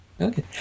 Okay